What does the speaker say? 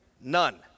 None